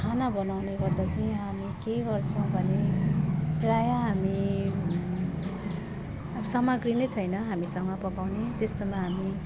खाना बनाउने गर्दा चाहिँ हामी के गर्छौँ भने प्रायः हामी अब सामग्री नै छैन हामीसँग पकाउने त्यस्तोमा हामी